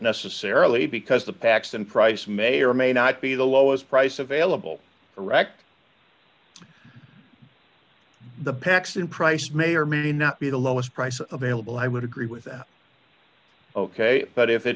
necessarily because the paxson price may or may not be the lowest price available for rect the packs in price may or may not be the lowest price of bailable i would agree with that ok but if it